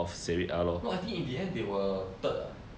no I think in the end they were third leh